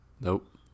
Nope